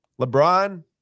LeBron